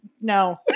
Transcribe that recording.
no